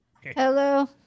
Hello